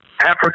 Africa